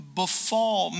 befall